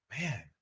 Man